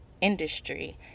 industry